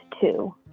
two